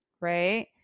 right